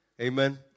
Amen